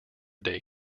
day